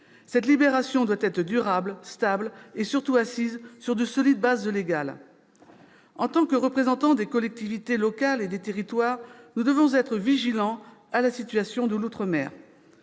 Cette libération doit être durable, stable et, surtout, assise sur de solides bases légales. En tant que représentants des collectivités locales et des territoires, nous devons être vigilants à la situation de l'outre-mer.